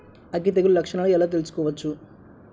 అగ్గి తెగులు లక్షణాలను ఎలా తెలుసుకోవచ్చు?